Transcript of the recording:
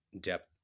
depth